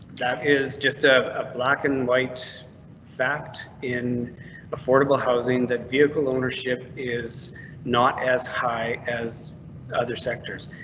that is just a ah black and white fact in affordable housing that vehicle ownership is not as high as other sectors.